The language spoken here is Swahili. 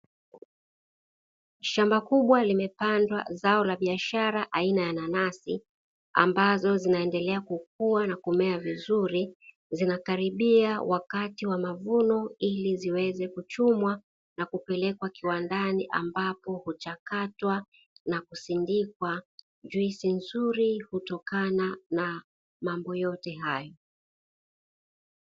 Shamba kubwa limepandwa zao la biashara aina ya nanasi, ambazo zinaendelea kukua na kumea vizuri. Zinakaribia wakati wa mavuno ili ziweze kuchumwa na kupelekwa kiwandani ambapo huchakatwa na kusindikwa, juisi nzuri hutokana na mambo yote hayo.